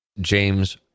james